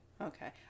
Okay